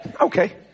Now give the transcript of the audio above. Okay